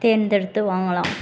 தேர்ந்தெடுத்து வாங்கலாம்